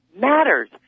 matters